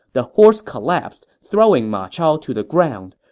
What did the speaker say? the horse collapsed, throwing ma chao to the ground.